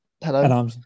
hello